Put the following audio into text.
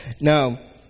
Now